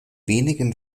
wenigen